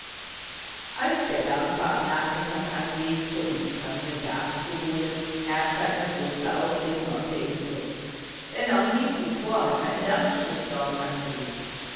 als der dampfer am nachmittag anlegte um die familie abzuholen herrschte eine große aufregung auf der insel denn noch nie zuvor hatte ein dampfschiff dort angelegt